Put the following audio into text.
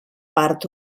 part